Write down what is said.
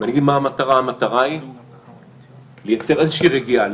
ואני אגיד מה המטרה: המטרה היא לייצר איזושהי רגיעה,